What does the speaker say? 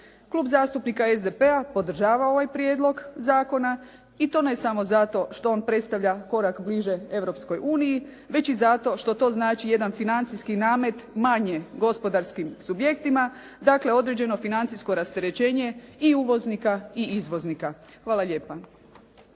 Klub zastupnika SDP-a podržava ovaj prijedlog zakona i to ne samo zato što on predstavlja korak bliže Europskoj uniji, već i zato što to znači jedan financijski namet manje gospodarskim subjektima, dakle određeno financijsko rasterećenje i uvoznika i izvoznika. Hvala lijepa.